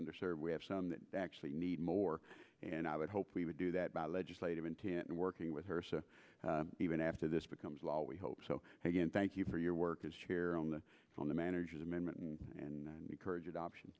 underserved we have some that actually need more and i would hope we would do that by legislative intent and working with her so even after this becomes law we hope so again thank you for your work as chair on the on the manager's amendment and the courage of option